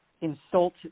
insult